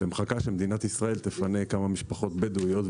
שמחכה שמדינת ישראל תפנה כמה משפחות בדואיות,